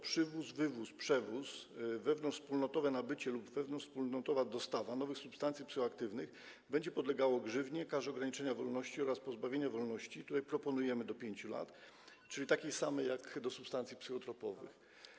Przywóz, wywóz, przewóz, wewnątrzwspólnotowe nabycie lub wewnątrzwspólnotowa dostawa nowych substancji psychoaktywnych będą podlegały grzywnie, karze ograniczenia wolności oraz pozbawienia wolności, tutaj proponujemy do 5 lat, czyli takiej samej jak w wypadku substancji psychotropowych.